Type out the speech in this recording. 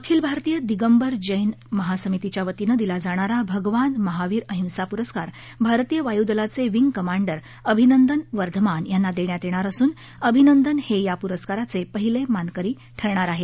अखिल भारतीय दिगंबर जैन महासमितीच्या वतीनं दिला जाणारा भगवान महावीर अहिंसा प्रस्कार भारतीय वायदलाचे विंग कमांडर अभिनंदन वर्धमान यांना देण्यात येणार असून अभिनंदन हे या प्रस्काराचे पहिले मानकरी ठरणार आहेत